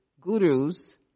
gurus